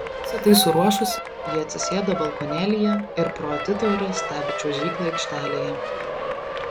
visa tai suruošusi ji atsisėda balkonėlyje ir pro atitvarą stebi čiuožyklą aikštelėje